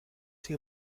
sido